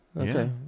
okay